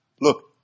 Look